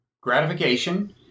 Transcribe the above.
gratification